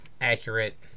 accurate